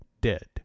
dead